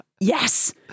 Yes